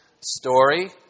story